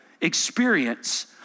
experience